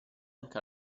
anche